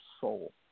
soul